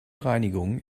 reinigung